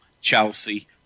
Chelsea